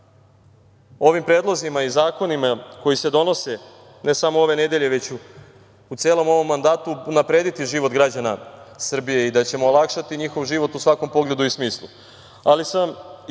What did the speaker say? sa ovim predlozima i zakonima koji se donose, ne samo ove nedelje, već u celom ovom mandatu, unaprediti život građana Srbije i da ćemo olakšati njihov život u svakom pogledu i smislu.